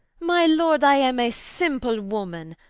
my lord, i am a simple woman,